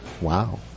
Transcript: wow